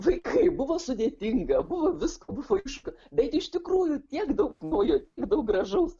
vaikai buvo sudėtinga buvo visko buvo aišku bet iš tikrųjų tiek daug naujo tiek daug gražaus